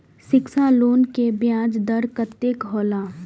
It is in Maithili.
शिक्षा लोन के ब्याज दर कतेक हौला?